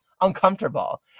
uncomfortable